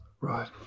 right